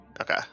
Okay